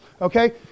okay